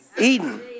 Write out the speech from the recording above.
Eden